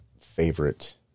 favorite